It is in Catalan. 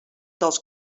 dels